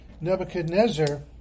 Nebuchadnezzar